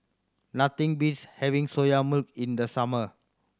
nothing beats having Soya Milk in the summer